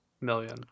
million